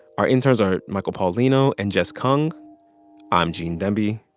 our interns are michael paulino and jess kung i'm gene demby.